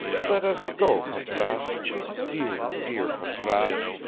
let us go, patrasche dear, dear patrasche,